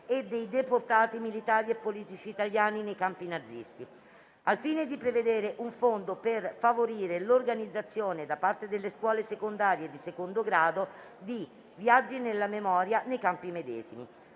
e dei deportati militari e politici italiani nei campi nazisti», al fine di prevedere un fondo per favorire l'organizzazione da parte delle scuole secondarie di secondo grado di «viaggi nella memoria» nei campi medesimi***